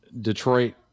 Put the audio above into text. Detroit